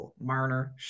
Marner